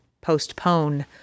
postpone